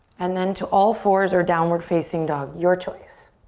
and then to all fours or downward facing dog, your choice.